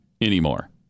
anymore